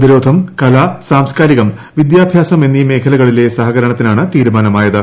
പ്രതിരോധം കല സാംസ്കാരികം വിദ്യാഭ്യാസം എന്നീ മേഖലകളിലെ സഹകരണത്തിനാണ് തീരുമാനമായത്